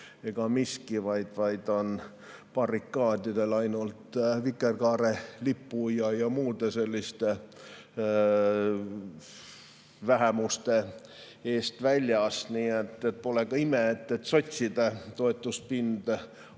ega miski, vaid on barrikaadidel ainult vikerkaarelipu ja vähemuste eest väljas. Nii et pole ka ime, et sotside toetuspind on